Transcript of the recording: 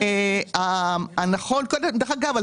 דרך אגב,